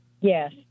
yes